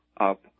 up